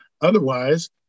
Otherwise